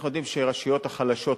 אנחנו יודעים שהרשויות החלשות,